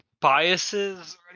biases